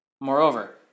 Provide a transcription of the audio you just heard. Moreover